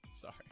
Sorry